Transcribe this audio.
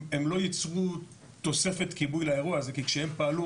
הם לא ייצרו תוספת כיבוי לאירוע כי כשהם פעלו